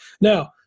Now